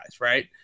right